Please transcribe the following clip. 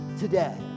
today